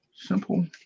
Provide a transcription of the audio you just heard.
Simple